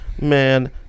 Man